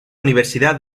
universidad